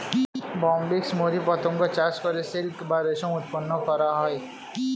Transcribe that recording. Bombyx mori পতঙ্গ চাষ করে সিল্ক বা রেশম উৎপন্ন করা হয়